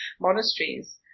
monasteries